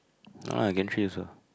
no lah gantry also